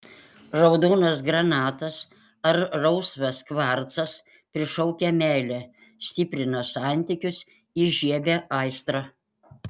raudonas granatas ar rausvas kvarcas prišaukia meilę stiprina santykius įžiebia aistrą